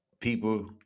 people